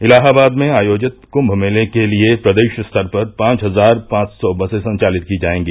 इलाहाबाद में आयोजित कुम्भ मेले के लिये प्रदेश स्तर पर पांच हजार पांच सौ बसें संचालित की जायेंगी